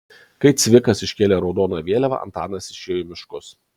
kai cvikas iškėlė raudoną vėliavą antanas išėjo į miškus